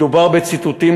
מדובר בציטוטים,